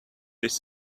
this